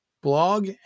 blog